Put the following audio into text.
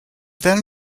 then